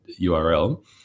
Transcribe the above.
url